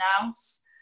else